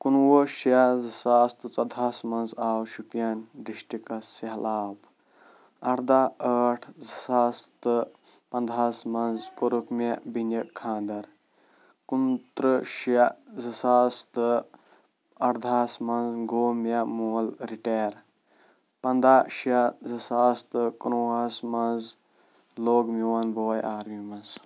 کُنوُہ شیٚے زٕساس تہٕ ژۄدہَس منٛز آو شُپیَن ڈِسٹرکَس سہلاب اَردہ ٲٹھ زٕ ساس تہٕ پنٛدہَس منٛز کوٚرُکھ مےٚ بیٚنہِ خاندَر کُنتٕرٕہ شیٚے زٕ ساس تہٕ اَردَہَس منٛز گوٚو مےٚ مول رِٹایر پنٛداہ شیٚے زٕ ساس تہٕ کُنوُہَس منٛز لوٚگ میون بوے آرمی منٛز